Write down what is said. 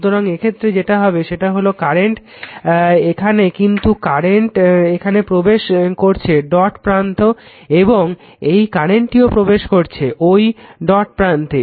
সুতরাং এক্ষেত্রে যেটা হবে সেটা হলো কারেন্ট এখানে কিন্তু কারেন্ট এখানে প্রবেশ করছে ডট প্রান্তে এবং এই কারেন্টটিও প্রবেশ করছে ঐ ডট প্রান্তে